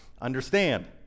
understand